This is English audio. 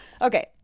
Okay